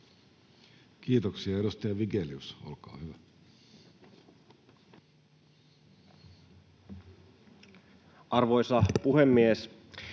Kiitoksia. — Edustaja Vigelius, olkaa hyvä. Arvoisa puhemies!